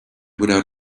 without